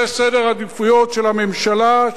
האם זה סדר העדיפויות של הממשלה?